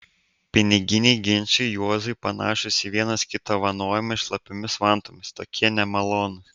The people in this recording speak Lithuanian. piniginiai ginčai juozui panašūs į vienas kito vanojimą šlapiomis vantomis tokie nemalonūs